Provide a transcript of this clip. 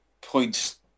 points